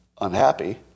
unhappy